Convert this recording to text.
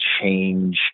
change